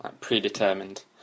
predetermined